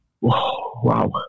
wow